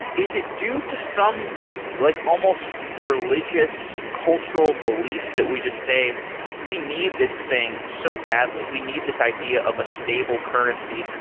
is it due to some like almost religious, cultural belief that we just say we need this thing so badly. we need this idea of a stable currency.